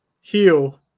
heal